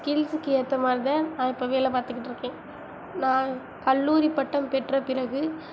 ஸ்கில்ஸுக்கு ஏற்ற மாதிரிதான் நான் இப்போது வேலை பார்த்துக்கிட்டு இருக்கேன் நான் கல்லூரி பட்டம் பெற்ற பிறகு